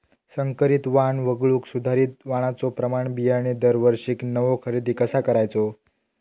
संकरित वाण वगळुक सुधारित वाणाचो प्रमाण बियाणे दरवर्षीक नवो खरेदी कसा करायचो?